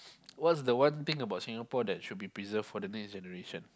what's the one thing about Singapore that should be preserve for the next generation